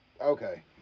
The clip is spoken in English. Okay